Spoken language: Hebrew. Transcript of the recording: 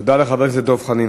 תודה לחבר הכנסת דב חנין.